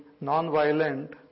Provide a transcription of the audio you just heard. non-violent